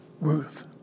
Ruth